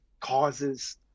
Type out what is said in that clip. causes